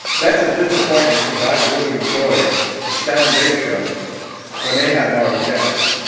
that's a disappointment since i really enjoyed the san jose show when they had marvel guests.